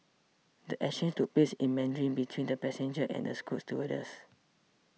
the exchange took place in Mandarin between the passenger and a Scoot stewardess